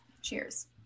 Cheers